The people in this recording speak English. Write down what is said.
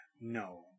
No